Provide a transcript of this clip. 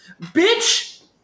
Bitch